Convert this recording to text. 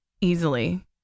easily